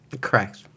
Correct